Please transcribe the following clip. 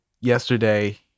Yesterday